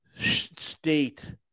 state